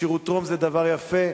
ה"שירותרום" זה דבר יפה,